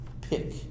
pick